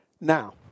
now